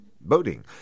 boating